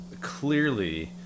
clearly